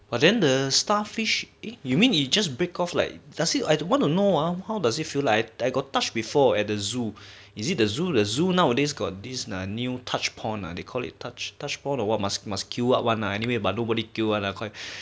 but then the starfish eh you mean you just break off like does it like I want to know ah how does it feel like I got touch before at the zoo is it the zoo the zoo nowadays got this new touch pond ah they call it touch touch pond or what must must queue up one lah anyway but nobody queue one lah quite